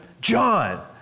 John